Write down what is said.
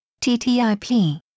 TTIP